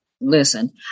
Listen